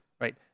right